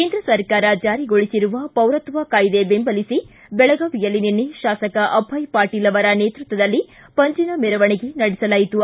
ಕೇಂದ್ರ ಸರ್ಕಾರ ಜಾರಿಗೊಳಿಸಿರುವ ಪೌರತ್ವ ಕಾಯ್ದೆ ಬೆಂಬಲಿಸಿ ಬೆಳಗಾವಿಯಲ್ಲಿ ನಿನ್ನೆ ಶಾಸಕ ಅಭಯ ಪಾಟೀಲ ಅವರ ನೇತ್ಪತ್ತದಲ್ಲಿ ಪಂಜಿನ ಮೆರವಣಿಗೆ ನಡೆಸಲಾಯಿತು